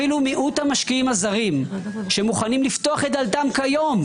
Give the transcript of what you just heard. אפילו מיעוט המשקיעים הזרים שמוכנים לפתוח את דלתם כיום,